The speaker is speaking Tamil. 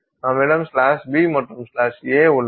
நம்மிடம் b மற்றும் a உள்ளது